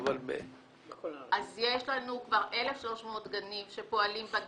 יש לנו כבר 1,300 גנים שפועלים.